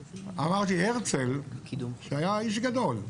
אמרתי, הרצל שהיה איש גדול,